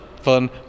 fun